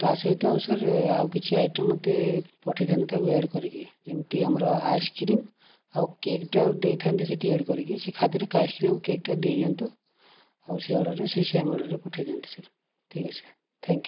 ତା' ସହିତ ଆଉ ସାର୍ ଆଉ କିଛି ଆଇଟମ୍ ମୋତେ ପଠାଇ ଥାଆନ୍ତେ ତାକୁ ଆଡ଼୍ କରିକି ଏମିତି ଆମର ଆଇସ୍କ୍ରିମ୍ ଆଉ କେକ୍ଟାକୁ ଦେଇଥାନ୍ତେ ସେଠି ଆଡ଼୍ କରିକି ସେ ଖାଦ୍ୟରେ ଆଇସ୍କ୍ରିମ୍ କେକ୍ଟା ଦେଇଦିଅନ୍ତୁ ଆଉ ସେ ଅର୍ଡ଼ରରେ ସେହି ସେମ୍ ଅର୍ଡ଼ରରେ ପଠାଇ ଦିଅନ୍ତୁ ସାର୍ ଠିକ୍ ଅଛି ସାର୍ ଥ୍ୟାଙ୍କ୍ ୟୁ